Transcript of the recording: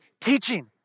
teaching